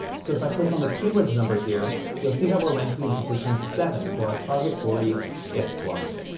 so if i click on the keywords number here, you'll see that we're ranking in position seven for our target query guest blogging.